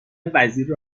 وزیر